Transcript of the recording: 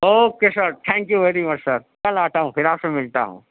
okay sir thank you very much sir کل آتا ہوں پھر آپ سے ملتا ہوں